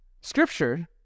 Scripture